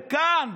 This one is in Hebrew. כאן,